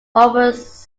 almost